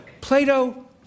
Plato